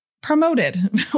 promoted